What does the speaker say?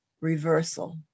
reversal